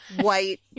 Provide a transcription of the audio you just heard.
white